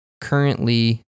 currently